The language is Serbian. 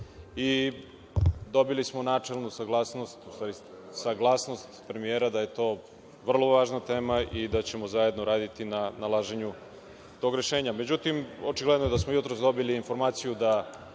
u stvari, saglasnost premijera da je to vrlo važna tema i da ćemo zajedno raditi na nalaženju tog problema. Međutim, očigledno je da smo jutros dobili informaciju da